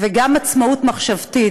וגם עצמאות מחשבתית,